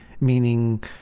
Meaning